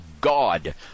God